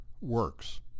works